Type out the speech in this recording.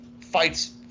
fights